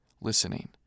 listening